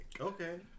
Okay